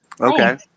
Okay